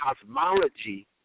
cosmology